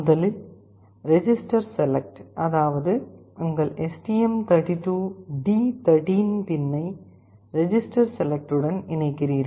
முதலில் register select அதாவது உங்கள் எஸ்டிஎம்32 D13 பின்னை ரெஜிஸ்டர் செலக்ட் உடன் இணைக்கிறீர்கள்